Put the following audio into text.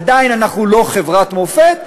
עדיין אנחנו לא חברת מופת,